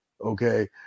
Okay